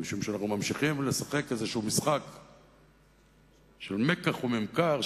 משום שאנחנו ממשיכים לשחק איזשהו משחק של מיקח וממכר,